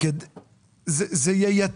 של חבר